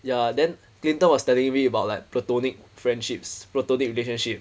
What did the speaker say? ya then clinton was telling me about like platonic friendships platonic relationship